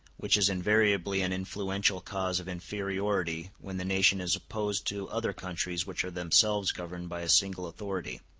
which is invariably an influential cause of inferiority when the nation is opposed to other countries which are themselves governed by a single authority.